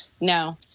no